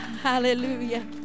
hallelujah